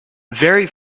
very